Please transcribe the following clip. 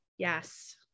Yes